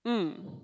mm